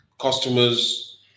customers